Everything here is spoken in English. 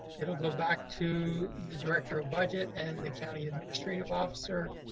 it'll go back to the director of budget and the county administrative officer,